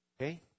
Okay